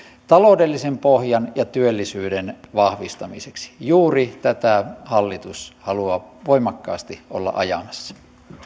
taloudellisen pohjan ja työllisyyden vahvistamiseksi juuri tätä hallitus haluaa voimakkaasti olla ajamassa